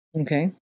Okay